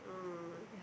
ah